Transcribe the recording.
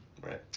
Right